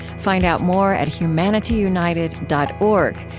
find out more at humanityunited dot org,